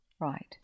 right